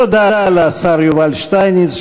תודה לשר יובל שטייניץ,